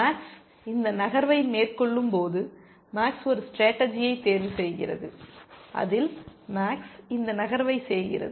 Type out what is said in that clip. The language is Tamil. மேக்ஸ் இந்த நகர்வை மேற்கொள்ளும்போது மேக்ஸ் ஒரு ஸ்டேடர்ஜியை தேர்வுசெய்கிறது அதில் மேக்ஸ் இந்த நகர்வை செய்கிறது